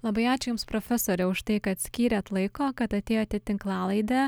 labai ačiū jums profesoriau už tai kad skyrėt laiko kad atėjot tinklalaidę